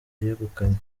yegukanye